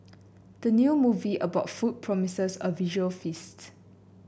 the new movie about food promises a visual feast